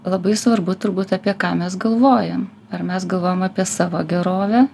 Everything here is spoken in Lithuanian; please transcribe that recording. labai svarbu turbūt apie ką mes galvojam ar mes galvojam apie savo gerovę